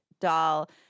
doll